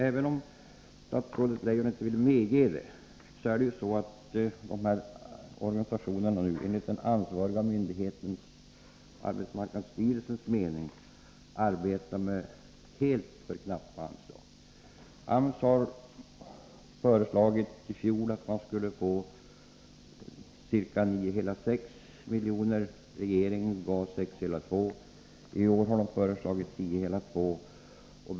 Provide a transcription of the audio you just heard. Även om statsrådet Leijon inte vill medge det, arbetar enligt den ansvariga myndigheten, arbetsmarknadsstyrelsen, de frivilliga försvarsorganisationerna med alldeles för knappa anslag. AMS föreslog i fjol att organisationerna skulle få ca 9,6 milj.kr. Regeringen gav 6,2. I år har AMS föreslagit 10,2 milj.kr.